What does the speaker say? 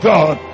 God